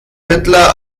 hitler